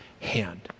hand